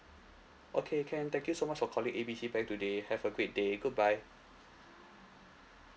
okay can thank you so much for calling A B C bank today have a great day goodbye